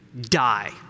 die